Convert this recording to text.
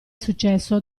successo